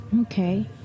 Okay